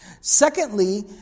Secondly